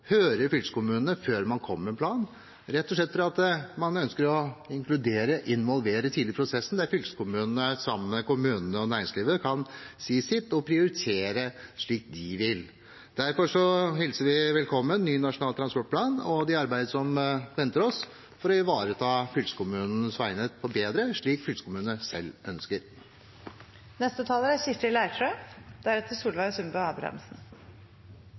hører med dem før man kommer med en plan, rett og slett fordi man ønsker å inkludere og involvere tidlig i prosessen, så fylkeskommunene sammen med kommunene og næringslivet kan si sitt og prioritere slik de vil. Derfor hilser vi velkommen en ny Nasjonal transportplan og det arbeidet som venter oss for å ivareta fylkeskommunenes veinett bedre, slik fylkeskommunene selv ønsker. Så er